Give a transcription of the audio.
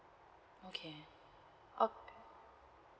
okay ok